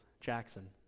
Jackson